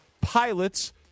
pilots